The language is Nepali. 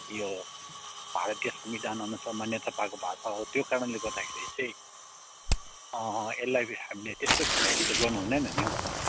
यो भारतीय संविधानअनुसार मान्यता पाएको भाषा हो त्यो कारणले गर्दाखेरि चाहिँ यसलाई हामीले त्यस्तो खेलाँची त गर्नु हुँदैन नि हौ